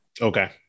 Okay